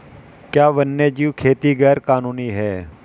क्या वन्यजीव खेती गैर कानूनी है?